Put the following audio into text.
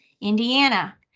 Indiana